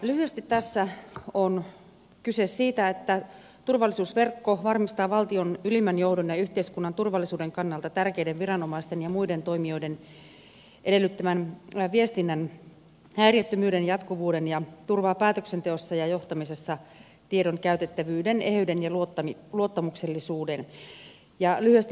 lyhyesti tässä on kyse siitä että turvallisuusverkko varmistaa valtion ylimmän johdon ja yhteiskunnan turvallisuuden kannalta tärkeiden viranomaisten ja muiden toimijoiden edellyttämän viestinnän häiriöttömyyden ja jatkuvuuden ja turvaa päätöksenteossa ja johtamisessa tiedon käytettävyyden eheyden ja luottamuksellisuuden